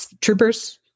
Troopers